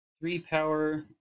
three-power